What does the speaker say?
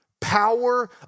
power